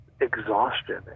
exhaustion